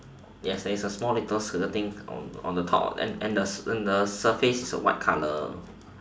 yes there's a small little skirting on the top and the the surface is a white colour